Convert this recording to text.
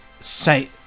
say